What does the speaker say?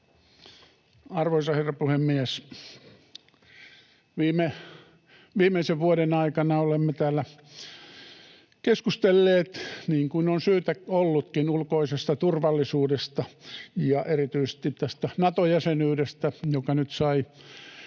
Arvoisa herra puhemies! Viimeisen vuoden aikana olemme täällä keskustelleet, niin kuin on syytä ollutkin, ulkoisesta turvallisuudesta ja erityisesti tästä Nato-jäsenyydestä, joka nyt sai